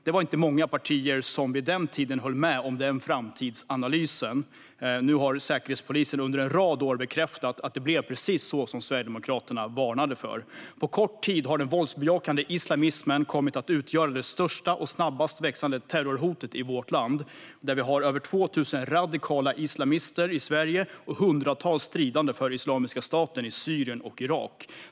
Det var inte många partier som vid den tiden höll med om den framtidsanalysen. Nu har Säkerhetspolisen under en rad år bekräftat att det blev precis så som Sverigedemokraterna varnade för. På kort tid har den våldsbejakande islamismen kommit att utgöra det största och snabbast växande terrorhotet i vårt land. I dag har vi över 2 000 radikala islamister i Sverige och hundratals stridande för Islamiska staten i Syrien och Irak.